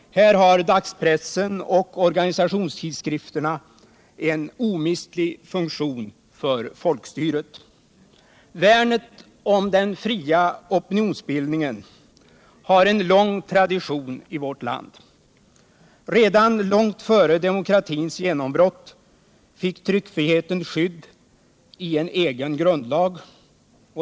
Här har dagspressen och organisationstidskrifterna en omistlig funktion för folkstyret. Värnet om den fria opinionsbildningen har en lång tradition i vårt land. Redan långt före demokratins genombrott fick tryckfriheten skydd i en egen grundlag.